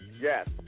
Yes